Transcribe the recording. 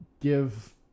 give